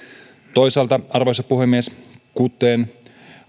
toisaalta arvoisa puhemies kuten